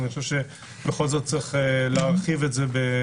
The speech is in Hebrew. אני חושב שיש להרחיב את זה מעט.